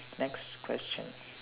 next question